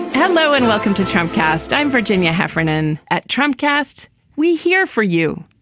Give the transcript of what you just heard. hello and welcome to trump cast. i'm virginia heffernan at trump cast we hear for you.